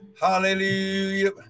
Hallelujah